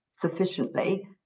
sufficiently